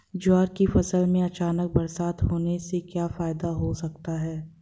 ज्वार की फसल में अचानक बरसात होने से क्या फायदा हो सकता है?